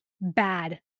bad